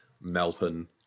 Melton